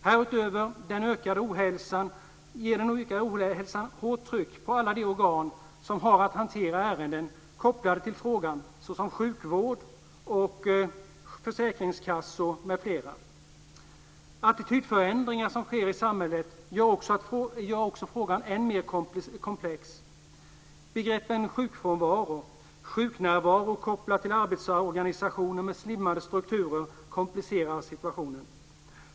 Härutöver sätter den ökade ohälsan hårt tryck på alla de organ som har att hantera ärenden kopplade till frågan, såsom sjukvård, försäkringskassor m.fl. Attitydförändringar som sker i samhället gör också frågan än mera komplex. Begreppen sjukfrånvaro, sjuknärvaro kopplat till arbetsorganisationer med slimmade strukturer komplicerar situationen.